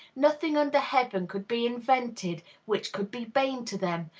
nothing under heaven could be invented which could be bane to them,